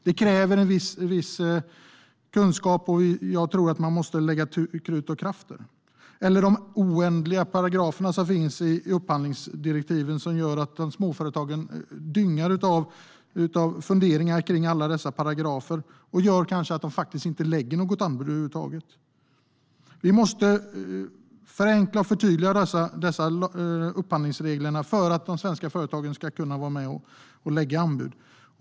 Det kräver en viss kunskap, och det borde man lägga krut och kraft på. De oändliga paragrafer som finns i upphandlingsdirektiven gör att småföretagen dignar av funderingar kring alla dessa paragrafer. Det gör kanske att de avstår från att lämna ett anbud över huvud taget. Vi måste förtydliga och förenkla dessa upphandlingsregler för att de svenska företagen ska kunna vara med och lägga anbud.